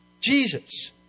Jesus